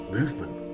movement